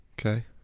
Okay